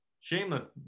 Shameless